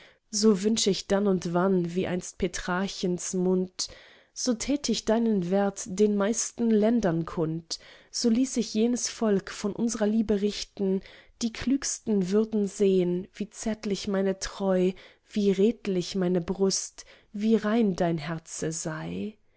so wünsch ich dann und wann wie einst petrarchens mund so tät ich deinen wert den meisten ländern kund so ließ ich jedes volk von unsrer liebe richten die klügsten würden sehn wie zärtlich meine treu wie redlich meine brust wie rein dein herze sei